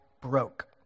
broke